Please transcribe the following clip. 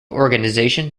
organisation